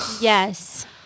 yes